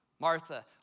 Martha